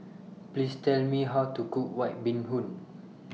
Please Tell Me How to Cook White Bee Hoon